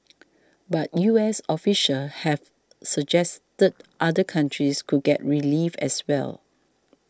but U S officials have suggested other countries could get relief as well